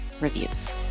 reviews